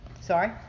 Sorry